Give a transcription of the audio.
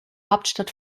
hauptstadt